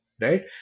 right